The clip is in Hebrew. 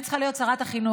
אני צריכה להיות שרת החינוך,